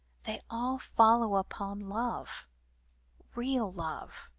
they all follow upon love real love.